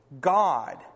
God